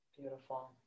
Beautiful